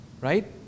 right